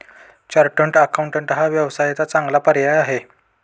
chartered accountant हा व्यवसायाचा चांगला पर्याय आहे